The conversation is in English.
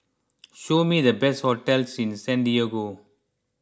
show me the best hotels in Santiago